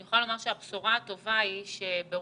אני יכולה לומר שהבשורה הטובה היא שברוח